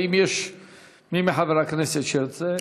ואם יש מי מחברי הכנסת שירצה,